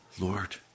Lord